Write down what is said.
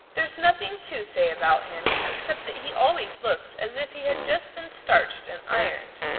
there's nothing to say about him except that he always looks as if he had just been starched and ironed.